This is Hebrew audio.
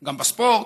גם בספורט.